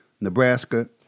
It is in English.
Nebraska